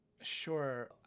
Sure